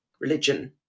religion